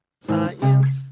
science